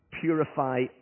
purify